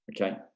okay